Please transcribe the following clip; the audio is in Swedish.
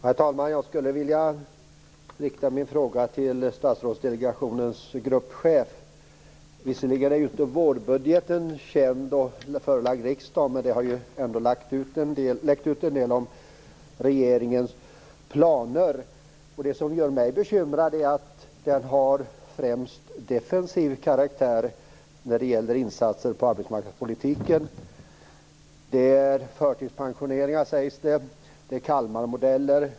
Herr talman! Jag skulle vilja rikta min fråga till statsrådsdelegationens gruppchef. Visserligen är inte vårbudgeten känd och förelagd riksdagen, men det har läckt ut en del om regeringens planer. Det som gör mig bekymrad är att vårbudgeten främst har en defensiv karaktär när det gäller insatser i arbetsmarknadspolitiken. Det talas om förtidspensioneringar och Kalmarmodeller.